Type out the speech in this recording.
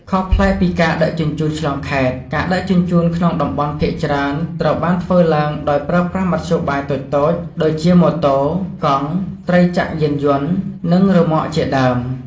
ខុសប្លែកពីការដឹកជញ្ជូនឆ្លងខេត្ត ការដឹកជញ្ជូនក្នុងតំបន់ភាគច្រើនត្រូវបានធ្វើឡើងដោយប្រើប្រាស់មធ្យោបាយតូចៗដូចជាម៉ូតូ កង់ ត្រីចក្រយានយន្ត និងរ៉ឺម៉កជាដើម។